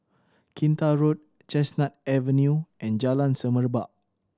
Kinta Road Chestnut Avenue and Jalan Semerbak